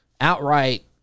outright